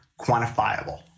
quantifiable